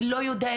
אני לא יודע,